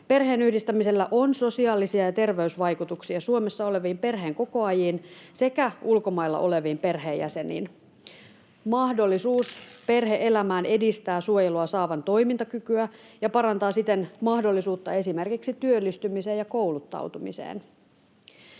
Perheenyhdistämisellä on sosiaalisia- ja terveysvaikutuksia Suomessa oleviin perheenkokoajiin sekä ulkomailla oleviin perheenjäseniin. Mahdollisuus perhe-elämään edistää suojelua saavan toimintakykyä ja parantaa siten mahdollisuutta esimerkiksi työllistymiseen ja kouluttautumiseen.